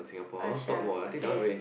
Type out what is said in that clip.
not sure okay